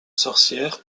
sorcière